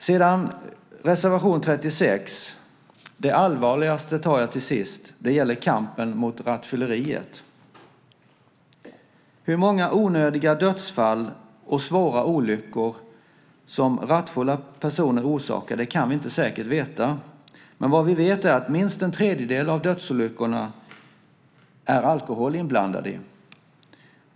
Sedan är det reservation 36. Det allvarligaste tar jag till sist, och det gäller kampen mot rattfylleriet. Hur många onödiga dödsfall och svåra olyckor som rattfulla personer orsakar kan vi inte säkert veta. Vad vi vet är att i minst en tredjedel av dödsolyckorna är alkohol inblandad.